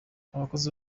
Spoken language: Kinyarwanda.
abakozi